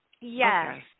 Yes